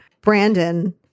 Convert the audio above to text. Brandon